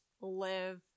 live